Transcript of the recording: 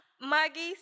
Maggie's